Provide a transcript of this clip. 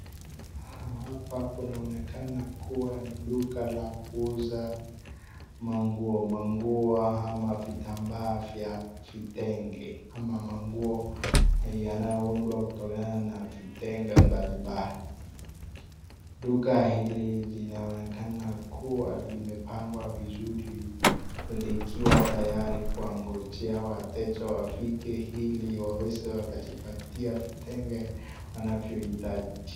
Hapa kunaonekana kuwa ni duka la kuuza manguo, manguo ama vitambaa vya vitenge ama manguo yanayoundwa kutokana na vitenge mbalimbali. Duka hili linaonekana kuwa limepangwa vizuri likiwa tayari kuwangojea wateja wafike ili waweze wakajipatia vitenge wanavyohitaji.